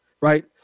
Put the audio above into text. right